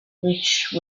which